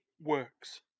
works